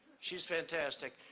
she's fantastic.